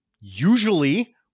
usually